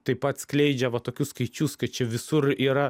taip pat skleidžia va tokius skaičius kad čia visur yra